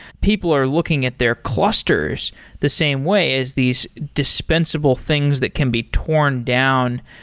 people are looking at their clusters the same way as these dispensable things that can be torn down.